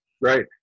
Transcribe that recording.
right